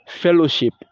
fellowship